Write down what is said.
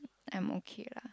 I'm okay lar